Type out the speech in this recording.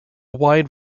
wide